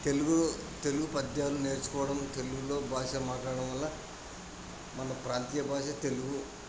తెలుగు తెలుగు పద్యాలు నేర్చుకోవడం తెలుగులో భాష మాట్లాడటం వల్ల మన ప్రాంతీయ భాష తెలుగు